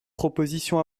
proposition